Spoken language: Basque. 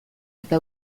eta